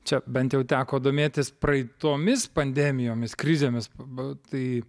čia bent jau teko domėtis praeitomis pandemijomis krizėmis tai